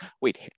Wait